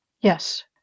yes